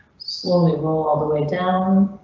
slowly roll all the way down.